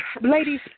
Ladies